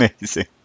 amazing